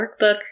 workbook